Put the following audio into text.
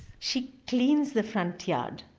she cleans the front yard,